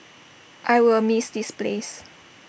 I will miss this place